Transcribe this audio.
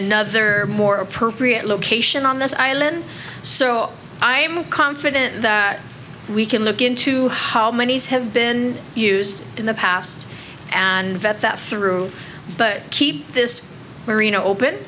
another more appropriate location on this island so i am confident that we can look into how many's have been used in the past and vet that through but keep this marina open